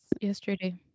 yesterday